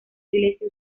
iglesia